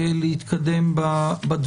תעשו את ההצגה לפי הסדר.